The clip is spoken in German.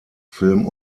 film